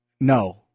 No